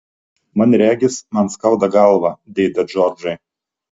man regis man skauda galvą dėde džordžai